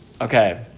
Okay